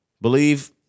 Believe